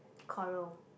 Coral